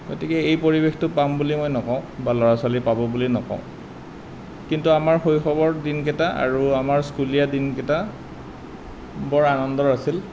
গতিকে এই পৰিৱেশটো পাম বুলি মই নকওঁ বা ল'ৰা ছোৱালীয়ে পাব বুলি নকওঁ কিন্তু আমাৰ শৈশৱৰ দিনকেইটা আৰু আমাৰ স্কুলীয়া দিনকেইটা বৰ আনন্দৰ আছিল